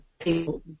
people